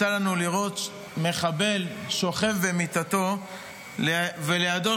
יצא לנו לראות מחבל שוכב במיטתו ולידו